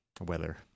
Weather